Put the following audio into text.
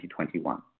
2021